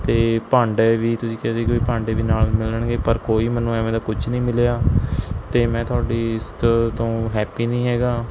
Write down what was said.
ਅਤੇ ਭਾਂਡੇ ਵੀ ਤੁਸੀਂ ਕਿਹਾ ਸੀ ਕਿ ਵੀ ਭਾਂਡੇ ਵੀ ਨਾਲ਼ ਮਿਲਣਗੇ ਪਰ ਕੋਈ ਮੈਨੂੰ ਐਵੇਂ ਦਾ ਕੁਛ ਨਹੀਂ ਮਿਲਿਆ ਅਤੇ ਮੈਂ ਤੁਹਾਡੀ ਇਸ ਤ ਤੋਂ ਹੈਪੀ ਨਹੀਂ ਹੈਗਾ